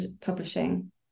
publishing